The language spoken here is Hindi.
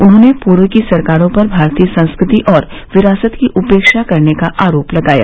उन्होंने पूर्व की सरकारों पर भारतीय संस्कृति और विरासत की उपेक्षा करने का आरोप लगाया